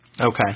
Okay